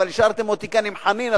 אבל השארתם אותי כאן עם חנין,